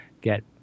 get